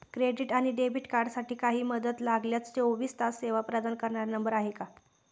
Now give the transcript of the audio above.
Credit आणि debit कार्डसाठी काही मदत लागल्यास चोवीस तास सेवा प्रदान करणारा नंबर आहे का?